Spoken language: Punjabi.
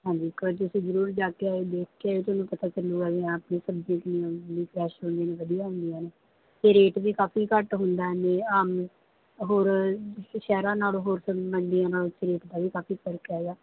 ਹਾਂਜੀ ਇੱਕ ਵਾਰੀ ਤੁਸੀਂ ਜ਼ਰੂਰ ਜਾ ਕੇ ਆਇਓ ਦੇਖ ਕੇ ਆਇਓ ਤੁਹਾਨੂੰ ਪਤਾ ਚੱਲੇਗਾ ਵੀ ਹਾਂ ਆਪਣੇ ਸਬਜ਼ੀ ਕਿੰਨੀਆਂ ਵੀ ਫਰੈਸ਼ ਹੁੰਦੀਆਂ ਵਧੀਆ ਹੁੰਦੀਆਂ ਨੇ ਅਤੇ ਰੇਟ ਵੀ ਕਾਫ਼ੀ ਘੱਟ ਹੁੰਦਾ ਇਵੇਂ ਆਮ ਹੋਰ ਸ਼ਹਿਰਾਂ ਨਾਲ਼ੋਂ ਹੋਰ ਸ ਮੰਡੀਆਂ ਨਾਲ਼ੋਂ ਰੇਟ ਦਾ ਵੀ ਕਾਫ਼ੀ ਫ਼ਰਕ ਹੈਗਾ